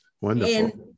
Wonderful